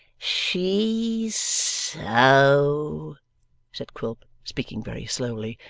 she's so said quilp, speaking very slowly,